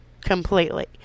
completely